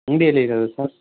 ಅಂಗಡಿ ಎಲ್ಲಿ ಇರೋದು ಸರ್